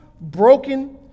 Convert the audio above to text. broken